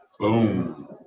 Boom